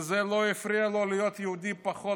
וזה לא הפריע לו להיות יהודי לא פחות